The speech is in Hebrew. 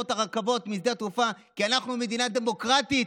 את הרכבות משדה התעופה כי אנחנו מדינה דמוקרטית,